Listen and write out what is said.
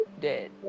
dead